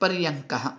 पर्यङ्कः